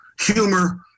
humor